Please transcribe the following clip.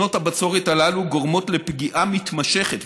שנות הבצורת הללו גורמות לפגיעה מתמשכת,